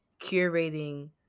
curating